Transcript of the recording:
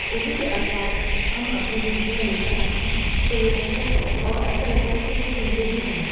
اردو کے الفاظ ہم اپنی زندگی میں لے کر آتے ہیں تو لوگوں کو ایسا لگتا ہے کہ وہ سنتے ہی جائیں